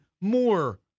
more